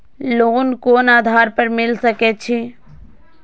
Loan कोन आधार पर मिल सके छे?